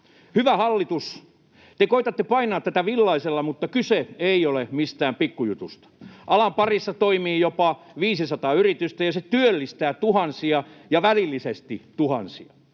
Hyvä hallitus, te koetatte painaa tätä villaisella, mutta kyse ei ole mistään pikkujutusta. Alan parissa toimii jopa 500 yritystä, ja se työllistää tuhansia ja välillisesti tuhansia.